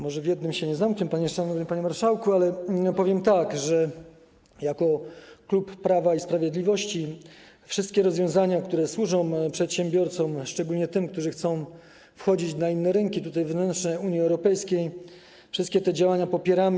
Może w jednym to się nie zamknie, szanowny panie marszałku, ale powiem, że jako klub Prawa i Sprawiedliwości wszystkie rozwiązania, które służą przedsiębiorcom, szczególnie tym, którzy chcą wchodzić na inne rynki - tutaj chodzi o rynki wewnętrzne Unii Europejskiej - wszystkie te działania popieramy.